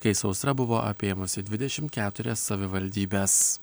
kai sausra buvo apėmusi dvidešim keturias savivaldybes